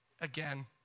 again